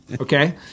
Okay